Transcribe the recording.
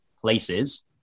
places